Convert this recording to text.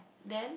then